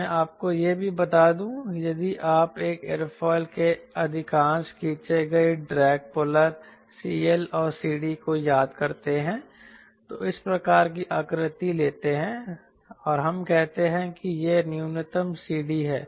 मैं आपको यह भी बता दूं यदि आप एक एयरफॉइल के अधिकांश खींचे गए ड्रैग पोलर CL और CD को याद करते हैं तो इस प्रकार की आकृति लेते हैं और हम कहते हैं कि यह न्यूनतम CD है